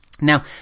Now